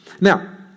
Now